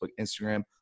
Instagram